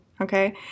Okay